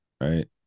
right